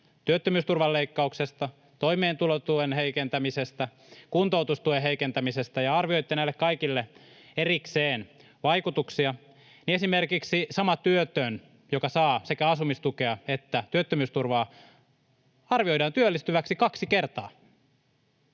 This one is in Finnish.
työttömyysturvan leikkauksesta, toimeentulotuen heikentämisestä ja kuntoutustuen heikentämisestä ja arvioitte näille kaikille erikseen vaikutuksia, esimerkiksi sama työtön, joka saa sekä asumistukea että työttömyysturvaa, arvioidaan työllistyväksi kaksi kertaa.